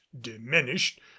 diminished